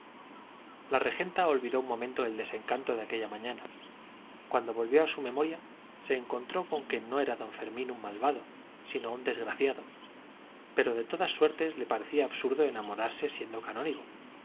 la regenta olvidó un momento el desencanto de aquella mañana cuando volvió a su memoria se encontró con que no era don fermín un malvado sino un desgraciado pero de todas suertes le parecía absurdo enamorarse siendo canónigo